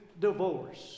divorce